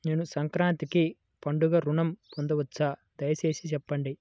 నేను సంక్రాంతికి పండుగ ఋణం పొందవచ్చా? దయచేసి చెప్పండి?